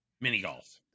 Mini-golf